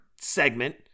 segment